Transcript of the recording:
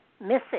missing